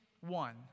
one